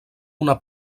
una